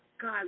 God